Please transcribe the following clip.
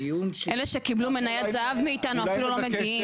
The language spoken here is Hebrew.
אלה שקיבלו מניית זהב מאיתנו אפילו לא מגיעים.